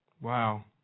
Wow